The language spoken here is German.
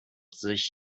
sich